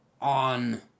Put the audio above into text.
on